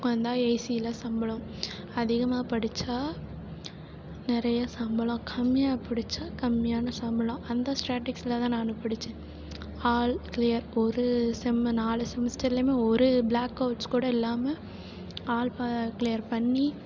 உக்காந்தா ஏசியில்சம்பளம் அதிகமாக படித்தா நிறைய சம்பளம் கம்மியாக படித்தா கம்மியான சம்பளம் அந்த ஸ்டேட்டிஸ்க்கில் தான் நான் படித்தேன் ஆல் க்ளியர் ஒரு செம் நாலு செமஸ்டர்லேயுமே ஒரு ப்ளாக் ஔட்ஸ் கூட இல்லாமல் ஆல் பா க்ளியர் பண்ணி